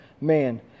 man